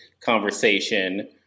conversation